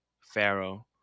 Pharaoh